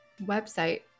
website